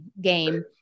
game